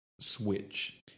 switch